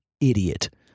idiot